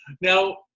Now